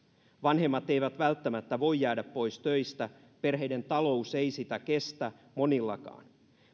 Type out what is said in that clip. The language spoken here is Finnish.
vanhemmat eivät välttämättä voi jäädä pois töistä perheiden talous ei monillakaan sitä kestä